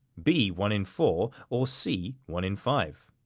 b one in four, or c one in five.